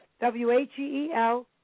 W-H-E-E-L